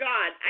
God